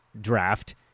draft